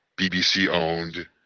BBC-owned